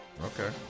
Okay